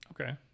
Okay